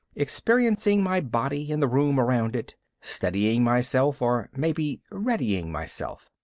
experiencing my body and the room around it, steadying myself or maybe readying myself.